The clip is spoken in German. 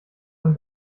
man